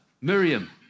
Miriam